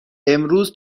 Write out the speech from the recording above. امروز